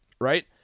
right –